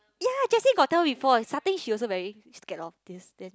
ya Jessie got tell before starting she also very scared of this then